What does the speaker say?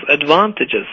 advantages